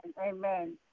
amen